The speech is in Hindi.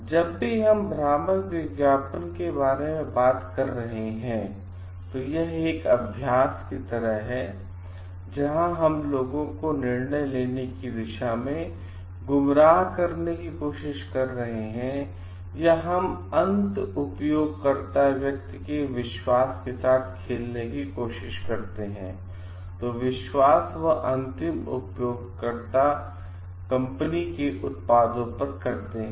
जब भी हम भ्रामक विज्ञापन के बारे में बात कर रहे हैं तो यह एक अभ्यास की तरह है जहां हम लोगों को निर्णय लेने की दिशा में गुमराह करने की कोशिश कर रहे हैं या हम अंत उपयोगकर्ता व्यक्ति के विश्वास के साथ खेलने की कोशिश करते हैं जो विश्वास वह अंतिम उपयोगकर्ता कंपनी के उत्पादों पर करते हैं